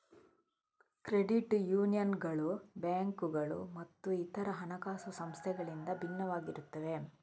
credit ಯೂನಿಯನ್ಗಳು ಬ್ಯಾಂಕುಗಳು ಮತ್ತು ಇತರ ಹಣಕಾಸು ಸಂಸ್ಥೆಗಳಿಂದ ಭಿನ್ನವಾಗಿರುತ್ತವೆ